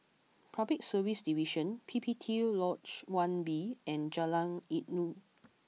Public Service Division P P T Lodge One B and Jalan Inggu